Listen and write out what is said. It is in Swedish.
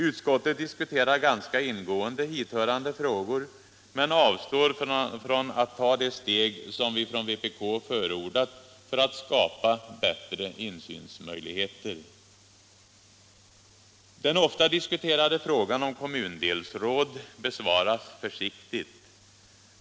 Utskottet diskuterar ganska ingående hithörande frågor, men avstår från att ta det steg som vi från vpk förordat för att skapa bättre insynsmöjligheter. Den ofta diskuterade frågan om kommundelsråd besvaras försiktigt.